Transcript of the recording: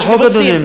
במסגרת החוק, אדוני.